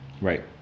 right